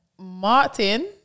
Martin